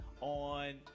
on